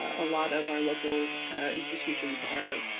a lot of our local institutions are,